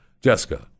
Jessica